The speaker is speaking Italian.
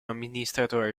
amministratore